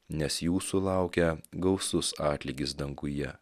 nes jūsų laukia gausus atlygis danguje